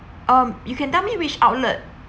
um you can tell me which outlet